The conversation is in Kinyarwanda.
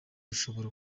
ushobora